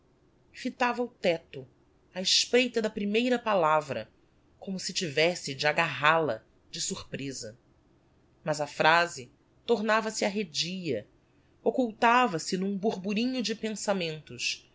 fitava o tecto á espreita da primeira palavra como se tivesse de agarral a de surpresa mas a phrase tornava-se arredia occultava se n'um borborinho de pensamentos